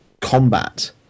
combat